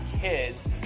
Kids